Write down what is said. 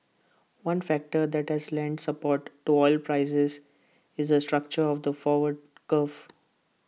one factor that has lent support to oil prices is the structure of the forward curve